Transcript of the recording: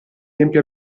tempi